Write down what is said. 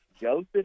Joseph